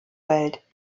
welt